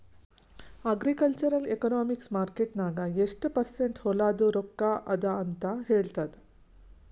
agricultural economics market ನಾಗ್ ಎಷ್ಟ percent ಹೊಲಾದು ರೊಕ್ಕಾ ಅದ ಅಂತ ಹೇಳ್ತದ್